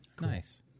Nice